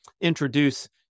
introduce